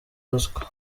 ruswa